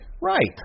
Right